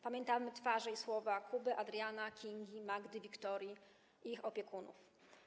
Pamiętamy twarze i słowa Kuby, Adriana, Kingi, Magdy, Wiktorii i ich opiekunów.